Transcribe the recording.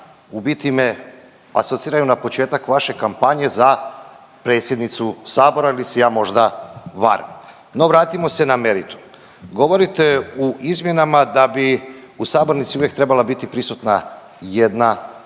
u biti me asociraju na početak vaše kampanje za predsjednicu sabora ili se ja možda varam. No, vratimo se na meritum. Govorite u izmjenama da bi u sabornici uvijek trebala biti prisutna 1/3